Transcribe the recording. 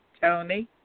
Tony